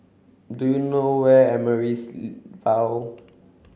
do you know where is Amaryllis Ville